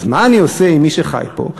אז מה אני עושה עם מי שחי פה?